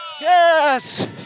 Yes